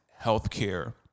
healthcare